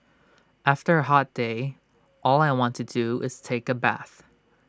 after A hot day all I want to do is take A bath